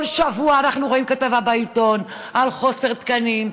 כל שבוע אנחנו רואים כתבה בעיתון על חוסר תקנים,